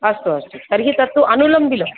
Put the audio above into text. अस्तु अस्तु तर्हि तत्तु अनुलोमः विलोमः